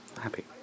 happy